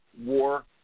war